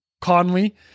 Conley